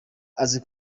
azi